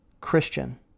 Christian